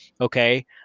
okay